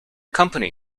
company